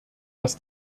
dass